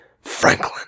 Franklin